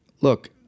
look